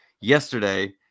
yesterday